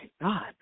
God